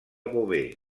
beauvais